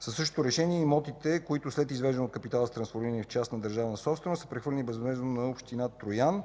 Със същото решение имотите, които след извеждане от капитала и са трансформирани в частна държавна собственост, са прехвърлени безвъзмездно на община Троян.